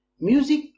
Music